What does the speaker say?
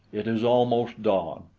it is almost dawn.